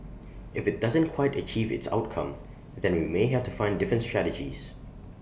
if IT doesn't quite achieve its outcome then we may have to find different strategies